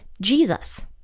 Jesus